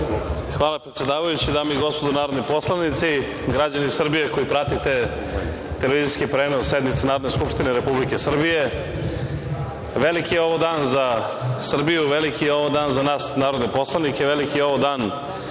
Hvala, predsedavajući. Dame i gospodo narodni poslanici, građani Srbije koji pratite televizijski prenos sednice Narodne skupštine Republike Srbije, veliki je ovo dan za Srbiju, veliki je ovo dan za nas narodne poslanike, veliki je ovo dan